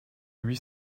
huit